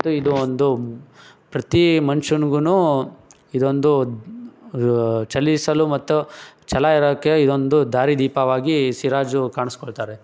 ಮತ್ತು ಇದು ಒಂದು ಪ್ರತಿ ಮನ್ಷನ್ಗೂ ಇದೊಂದು ಚಲಿಸಲು ಮತ್ತು ಛಲ ಇರೋಕ್ಕೆ ಇದೊಂದು ದಾರಿದೀಪವಾಗಿ ಸಿರಾಜ್ ಕಾಣಿಸ್ಕೊಳ್ತಾರೆ